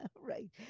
Right